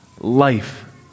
Life